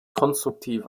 konstruktiv